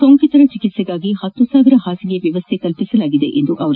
ಸೋಂಕಿತರ ಚಿಕಿತ್ಸೆಗಾಗಿ ಹತ್ತು ಸಾವಿರ ಹಾಸಿಗೆ ವ್ಯವಸ್ಥೆ ಮಾಡಲಾಗಿದೆ ಎಂದರು